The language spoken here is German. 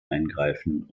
eingreifen